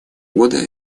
года